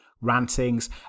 rantings